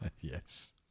Yes